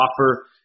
offer